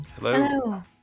Hello